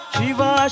Shiva